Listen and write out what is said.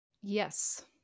Yes